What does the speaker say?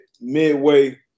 midway